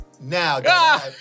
now